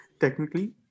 technically